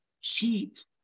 cheat